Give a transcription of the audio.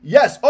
Yes